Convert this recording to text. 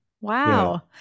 Wow